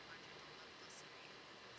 so